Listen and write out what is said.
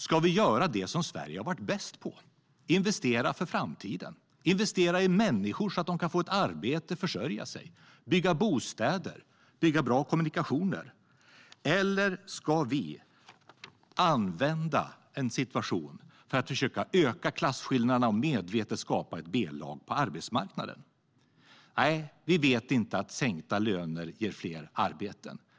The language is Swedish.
Ska vi göra det som Sverige har varit bäst på - investera för framtiden, investera i människor så att de kan få ett arbete och försörja sig, bygga bostäder och bygga bra kommunikationer - eller ska vi använda situationen för att försöka öka klasskillnaderna och medvetet skapa ett B-lag på arbetsmarknaden? Nej, vi vet att sänkta löner inte ger fler arbeten.